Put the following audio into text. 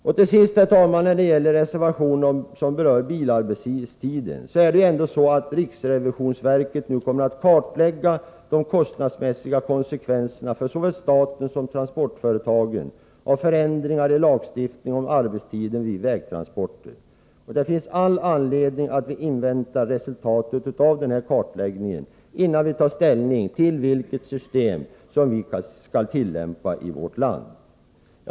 När det slutligen gäller de båda reservationerna som berör bilarbetstiden, herr talman, kommer riksrevisionsverket nu att kartlägga kostnadskonsekvenserna för såväl staten som transportföretagen av förändringar i lagstiftningen om arbetstiden vid vägtransporter. Det finns all anledning att invänta resultatet av denna kartläggning, innan vi tar ställning till vilket system vi skall tillämpa i vårt land.